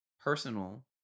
personal